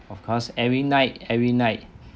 of course every night every night